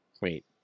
wait